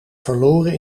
verloren